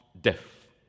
death